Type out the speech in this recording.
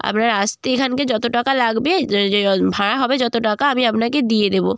আপনার আসতে এখানকে যত টাকা লাগবে যে ভাড়া হবে যত টাকা আমি আপনাকে দিয়ে দেবো